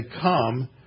come